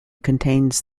contains